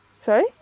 Sorry